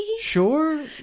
Sure